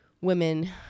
women